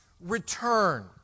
return